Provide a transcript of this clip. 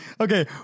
Okay